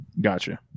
Gotcha